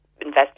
invest